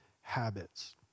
habits